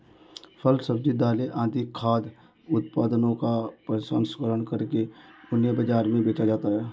फल, सब्जी, दालें आदि खाद्य उत्पादनों का प्रसंस्करण करके उन्हें बाजार में बेचा जाता है